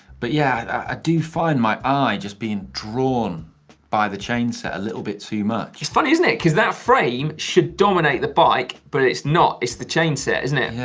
but yeah, i do find my eye just being drawn by the chain set a little bit too much. it's funny, isn't it? cause that frame should dominate the bike but it's not, it's the chain set, isn't it?